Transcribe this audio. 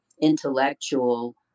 intellectual